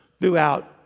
throughout